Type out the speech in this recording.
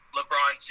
LeBron